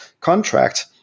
contract